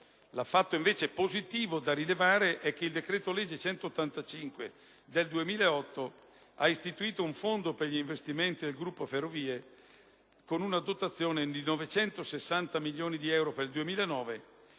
Il fatto positivo da rilevare, invece, è che il decreto-legge n. 185 del 2008 ha istituito un fondo per gli investimenti del gruppo Ferrovie dello Stato con una dotazione di 960 milioni di euro per il 2009